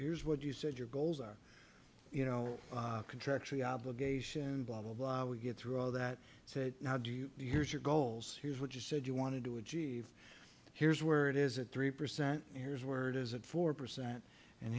is what you said your goals are you know contractual obligation blah blah blah we get through all that said now do you know here's your goals here's what you said you wanted to achieve here's where it is at three percent here's where it is at four percent and